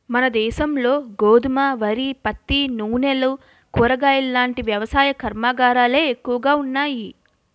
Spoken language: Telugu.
మనదేశంలో గోధుమ, వరి, పత్తి, నూనెలు, కూరగాయలాంటి వ్యవసాయ కర్మాగారాలే ఎక్కువగా ఉన్నాయి